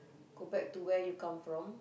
go back to where you come from